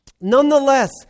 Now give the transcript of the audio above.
nonetheless